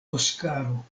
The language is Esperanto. oskaro